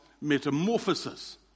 metamorphosis